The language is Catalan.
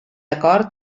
acord